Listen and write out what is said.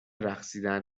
رقصیدن